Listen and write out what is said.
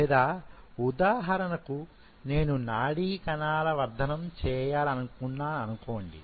లేదా ఉదాహరణకు నేను నాడీ కణాల వర్ధనం చేయాలనుకున్నా అనుకోండి